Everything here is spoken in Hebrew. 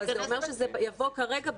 אבל זה אומר שזה יבוא כרגע,